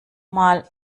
mal